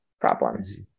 problems